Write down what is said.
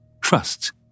trusts